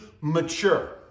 mature